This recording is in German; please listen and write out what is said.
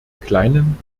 kleinen